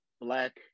black